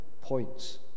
points